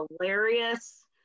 hilarious